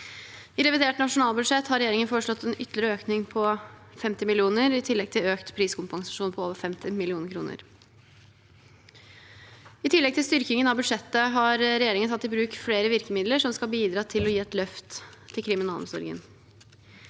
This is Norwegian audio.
for fengslene har regjeringen foreslått en ytterligere økning på 50 mill. kr i tillegg til økt priskompensasjon på over 50 mill. kr. I tillegg til styrkingen av budsjettet har regjeringen tatt i bruk flere virkemidler som skal bidra til å gi et løft til kriminalomsorgen.